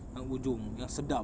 yang ulung yang sedap